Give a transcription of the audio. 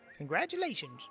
Congratulations